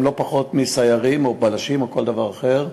לא פחות מסיירים או בלשים או כל דבר אחר.